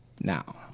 now